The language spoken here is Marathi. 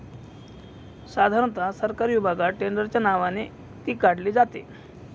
साधारणता सरकारी विभागात टेंडरच्या नावाने ती काढली जाते